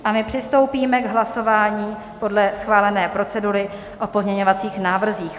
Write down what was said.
A my přistoupíme k hlasování podle schválené procedury o pozměňovacích návrzích.